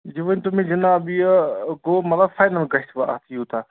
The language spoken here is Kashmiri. یہِ ؤنۍتو مےٚ جِناب یہِ گوٚو مطلب فاینَل گژھِ وۄنۍ اَتھ یوٗتاہ